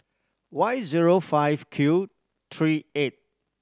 Y zero five Q three eight